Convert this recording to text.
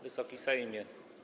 Wysoki Sejmie!